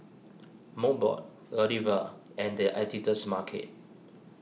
Mobot Godiva and the Editor's Market